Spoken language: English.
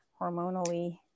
hormonally